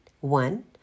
one